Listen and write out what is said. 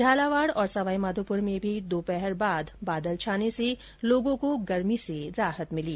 झालावाड और सवाईमाधोपुर में भी दोपहर बाद बादल छाने से लोगों को गर्मी से राहत मिली